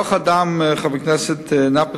חבר הכנסת נפאע,